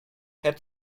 had